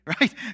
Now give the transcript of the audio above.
right